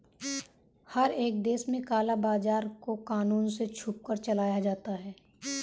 हर एक देश में काला बाजार को कानून से छुपकर चलाया जाता है